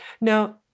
Now